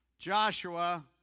Joshua